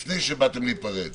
לפני שבאתם להיפרד,